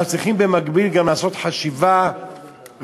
אנחנו צריכים במקביל גם לעשות חשיבה רצינית,